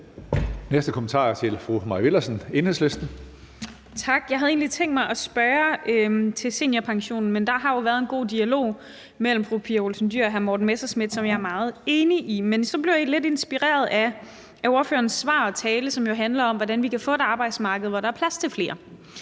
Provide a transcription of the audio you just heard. Næste kommentar er til fru Mai Villadsen, Enhedslisten. Kl. 16:24 Mai Villadsen (EL): Tak. Jeg havde egentlig tænkt mig at spørge til seniorpensionen, men der har jo været en god dialog mellem fru Pia Olsen Dyhr og hr. Morten Messerschmidt, hvor jeg er meget enig. Men så blev jeg lidt inspireret af partilederens tale, som jo handlede om, hvordan vi kan få et arbejdsmarked, hvor der er plads til flere.